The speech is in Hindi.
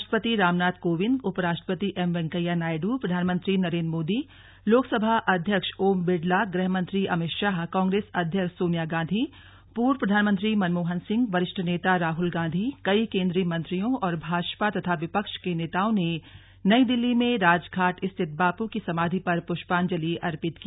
राष्ट्रपति रामनाथ कोविंद उपराष्ट्रपति एम वेंकैया नायडु प्रधानमंत्री नरेन्द्र मोदी लोकसभा अध्यक्ष ओम बिड़ला गृहमंत्री अमित शाह कांग्रेस अध्यक्ष सोनिया गांधी पूर्व प्रधानमंत्री मनमोहन सिंह वरिष्ठ नेता राहल गांधी कई केन्द्रीय मंत्रियों और भाजपा तथा विपक्ष के नेताओं ने नई दिल्ली में राजघाट स्थित बापू की समाधि पर पुष्पांजलि अर्पित की